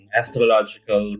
astrological